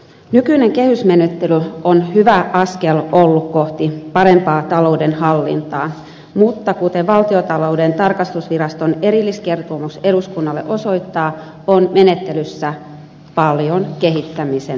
nykyinen kehysmenettely on ollut hyvä askel kohti parempaa talouden hallintaa mutta kuten valtiontalouden tarkastusviraston erilliskertomus eduskunnalle osoittaa on menettelyssä paljon kehittämisen varaa